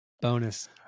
Bonus